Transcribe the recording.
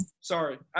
Sorry